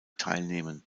teilnehmen